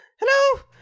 Hello